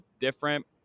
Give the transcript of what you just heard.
different